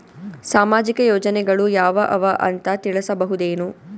ಸಾಮಾಜಿಕ ಯೋಜನೆಗಳು ಯಾವ ಅವ ಅಂತ ತಿಳಸಬಹುದೇನು?